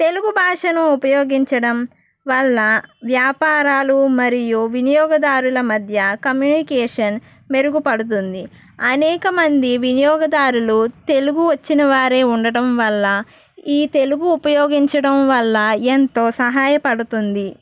తెలుగు భాషను ఉపయోగించడం వల్ల వ్యాపారాలు మరియు వినియోగదారుల మధ్య కమ్యూనికేషన్ మెరుగుపడుతుంది అనేకమంది వినియోగదారులు తెలుగు వచ్చిన వారే ఉండటం వల్ల ఈ తెలుగు ఉపయోగించడం వల్ల ఎంతో సహాయపడుతుంది